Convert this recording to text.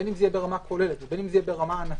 בין אם זה יהיה ברמה הכוללת ובין אם זה יהיה ברמה ענפית,